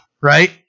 right